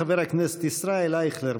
חבר הכנסת ישראל אייכלר,